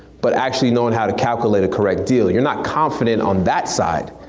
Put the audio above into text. but actually knowing how to calculate a correct deal. you're not confident on that side.